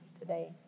today